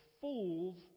fools